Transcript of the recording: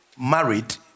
married